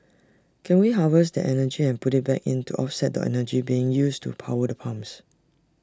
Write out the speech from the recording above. can we harvest that energy and put IT back in to offset the energy being used to power the pumps